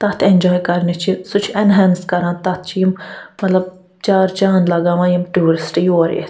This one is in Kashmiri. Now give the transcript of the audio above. تَتھ اٮ۪نجاے کرنہِ چھِ سُہ چھِ اٮ۪نہانٕس کران تَتھ چھِ یِم مطلب چار چاند لگاوان یِم ٹوٗرسٹ یور یِتھ